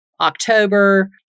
October